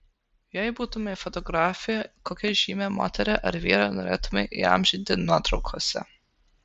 jei būtumei fotografė kokią žymią moterį ar vyrą norėtumei įamžinti nuotraukose